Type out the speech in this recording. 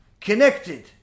connected